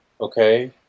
Okay